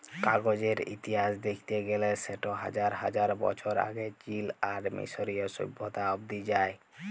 কাগজের ইতিহাস দ্যাখতে গ্যালে সেট হাজার হাজার বছর আগে চীল আর মিশরীয় সভ্যতা অব্দি যায়